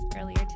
earlier